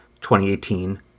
2018